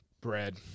Bread